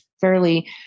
fairly